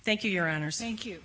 thank you your honor sank you